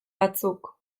batzuk